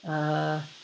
uh